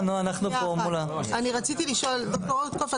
אני רציתי לשאול את ד"ר רוטקופף,